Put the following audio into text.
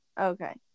okay